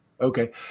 Okay